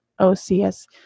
OCS